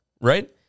right